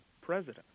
president